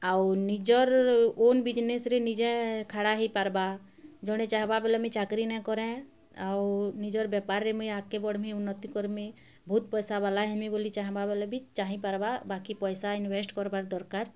ଆଉ ନିଜର୍ ଓନ୍ ବିଜ୍ନେସ୍ରେ ନିଜେ ଖାଡ଼ା ହେଇପାର୍ବା ଜଣେ ଚାହେବା ବେଲେ ମୁଇଁ ଚାକିରି ନାଇଁ କରେ ଆଉ ନିଜର୍ ବେପାର୍ରେ ମୁଇଁ ଆଗ୍କେ ବଢ଼୍ମି ଉନ୍ନତି କର୍ମି ବହୁତ୍ ପଇସାବାଲା ହେମି ବୋଲି ଚାହେବା ବେଲେ ବି ଚାହିଁପାର୍ବା ବାକି ପଇସା ଇନ୍ଭେଷ୍ଟ୍ କର୍ବାର୍ ଦର୍କାର୍